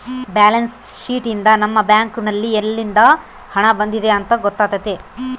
balance sheet ಯಿಂದ ನಮ್ಮ bank ನಲ್ಲಿ ಯಲ್ಲಿಂದ ಹಣ ಬಂದಿದೆ ಅಂತ ಗೊತ್ತಾತತೆ